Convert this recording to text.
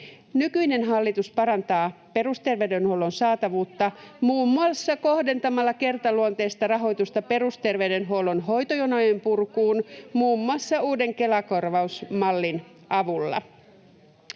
Nykyinen hallitus parantaa perusterveydenhuollon saatavuutta [Krista Kiurun välihuuto] muun muassa kohdentamalla kertaluonteista rahoitusta perusterveydenhuollon hoitojonojen purkuun, muun muassa uuden Kela-korvausmallin avulla.